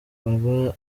baba